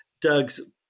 Doug's